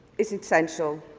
is essential.